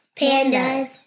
Pandas